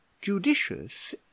judicious